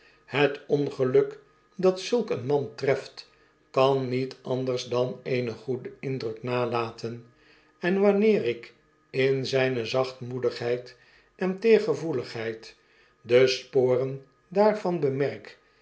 het ongeluk dat zulk een man treft kan niet anders dan eenen goeden indruk nalaten en wanneer ik in zynezachtmoedigheid en teergevoeligheid de sporen daarvan bemerk